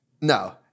No